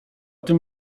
tym